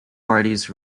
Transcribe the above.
parties